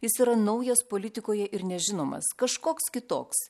jis yra naujas politikoje ir nežinomas kažkoks kitoks